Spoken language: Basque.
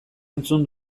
entzun